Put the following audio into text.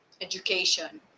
education